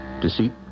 Deceit